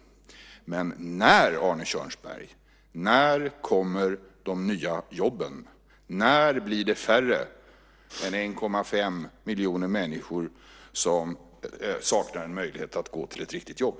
Men när, Arne Kjörnsberg, kommer de nya jobben? När blir det färre än 1,5 miljoner människor som saknar en möjlighet att gå till ett riktigt jobb?